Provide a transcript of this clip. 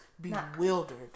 bewildered